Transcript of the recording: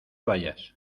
vayas